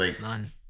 none